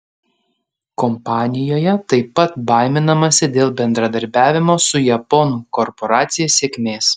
kompanijoje taip pat baiminamasi dėl bendradarbiavimo su japonų korporacija sėkmės